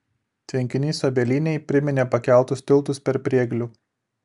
tvenkinys obelynėj priminė pakeltus tiltus per prieglių